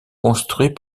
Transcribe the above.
construits